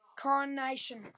coronation